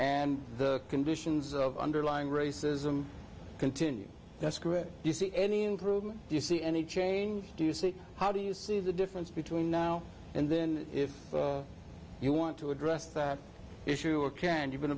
and the conditions of underlying racism continue that screw it you see any improvement you see any change do you see how do you see the difference between now and then if you want to address that issue or can you been